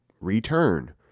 return